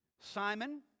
Simon